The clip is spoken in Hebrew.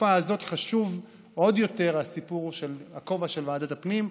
בתקופה הזאת חשוב עוד יותר הכובע של ועדת הפנים.